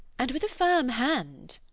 and with a firm hand.